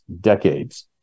decades